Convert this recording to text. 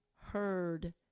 heard